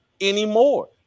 anymore